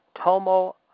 Tomo